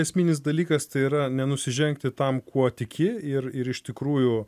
esminis dalykas tai yra nenusižengti tam kuo tiki ir ir iš tikrųjų